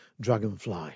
Dragonfly